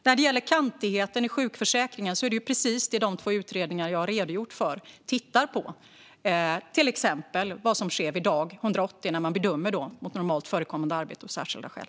När det gäller kantigheten i sjukförsäkringen är det precis vad de två utredningar jag har redogjort för tittar på, till exempel vad som sker vid dag 180 när man bedömer mot normalt förkommande arbete och särskilda skäl.